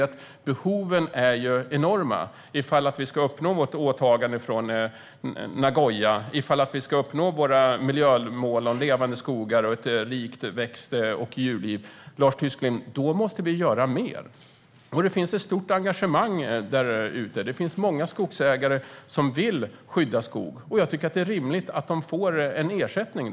Men behoven är enorma om vi ska uppfylla vårt åtagande från Nagoya och våra miljömål Levande skogar och Ett rikt växt och djurliv. Då måste vi göra mer, Lars Tysklind. Det finns ett stort engagemang där ute. Många skogsägare vill skydda skog, och det är rimligt att de då får en ersättning.